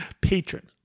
Patron